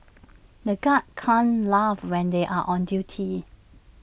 the guards can't laugh when they are on duty